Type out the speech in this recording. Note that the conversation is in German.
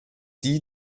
die